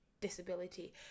disability